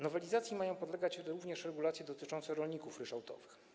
Nowelizacji mają podlegać również regulacje dotyczące rolników ryczałtowych.